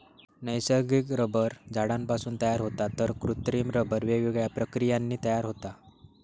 नैसर्गिक रबर झाडांपासून तयार होता तर कृत्रिम रबर वेगवेगळ्या प्रक्रियांनी तयार होता